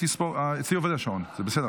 אצלי השעון עובד, זה בסדר.